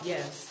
Yes